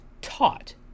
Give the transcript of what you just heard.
taught